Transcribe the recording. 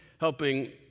helping